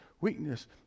weakness